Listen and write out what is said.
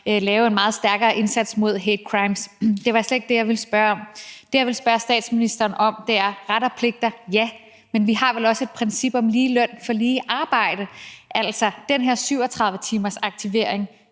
lave en meget stærkere indsats mod hatecrimes. Det var slet ikke det, jeg ville spørge om. Det, jeg ville spørge statsministeren om, er: Ret og pligter? Ja, men vi har vel også et princip om lige løn for lige arbejde. Altså, i forhold til den her 37-timersaktivering